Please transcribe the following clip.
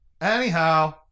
Anyhow